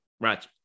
Right